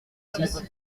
six